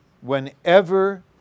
Whenever